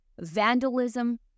vandalism